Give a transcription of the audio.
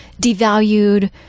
devalued